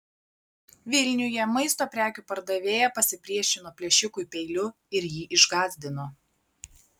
vilniuje maisto prekių pardavėja pasipriešino plėšikui peiliu ir jį išgąsdino